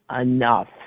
enough